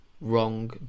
wrong